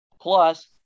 Plus